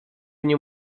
nie